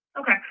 Okay